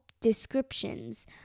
descriptions